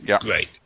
great